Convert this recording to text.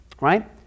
right